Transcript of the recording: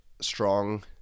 strong